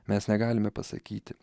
mes negalime pasakyti